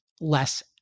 less